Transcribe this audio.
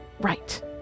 Right